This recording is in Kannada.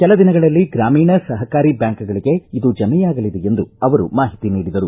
ಕೆಲ ದಿನಗಳಲ್ಲಿ ಗ್ರಾಮೀಣ ಸಹಕಾರಿ ಬ್ಯಾಂಕ್ಗಳಿಗೆ ಇದು ಜಮೆಯಾಗಲಿದೆ ಎಂದು ಅವರು ಮಾಹಿತಿ ನೀಡಿದರು